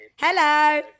Hello